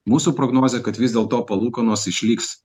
mūsų prognozė kad vis dėlto palūkanos išliks